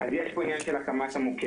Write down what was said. אז יש פה את העניין של הקמת המוקד,